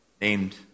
named